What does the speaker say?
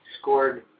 scored